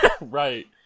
Right